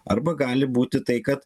arba gali būti tai kad